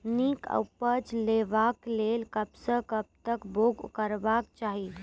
नीक उपज लेवाक लेल कबसअ कब तक बौग करबाक चाही?